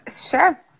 Sure